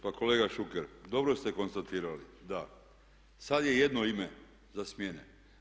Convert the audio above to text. Pa kolega Šuker, dobro ste konstatirali da sad je jedno ime za smjene.